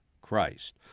Christ